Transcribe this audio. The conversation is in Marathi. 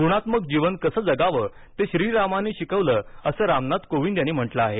गुणात्मक जीवन कसं जगावं ते श्रीरामांनी शिकवलं असं रामनाथ कोविंद यांनी म्हटलं आहे